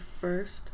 first